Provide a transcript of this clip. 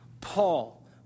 Paul